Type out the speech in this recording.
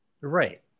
Right